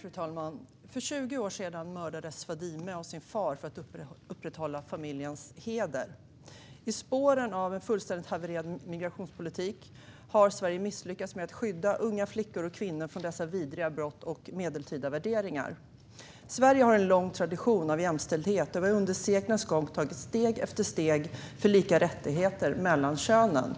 Fru talman! För 20 år sedan mördades Fadime av sin far för att familjens heder skulle upprätthållas. I spåren av en fullständigt havererad migrationspolitik har Sverige misslyckats med att skydda unga flickor och kvinnor från dessa vidriga brott och medeltida värderingar. Sverige har en lång tradition av jämställdhet, och vi har under seklens gång tagit steg efter steg för lika rättigheter mellan könen.